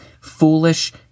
foolish